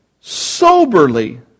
soberly